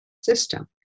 system